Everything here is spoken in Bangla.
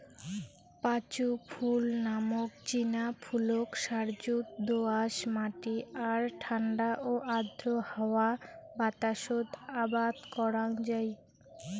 পাঁচু ফুল নামক চিনা ফুলক সারযুত দো আঁশ মাটি আর ঠান্ডা ও আর্দ্র হাওয়া বাতাসত আবাদ করাং যাই